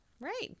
Right